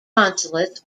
consulates